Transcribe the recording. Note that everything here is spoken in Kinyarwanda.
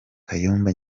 kayumba